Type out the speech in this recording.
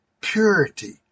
purity